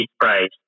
price